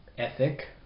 ethic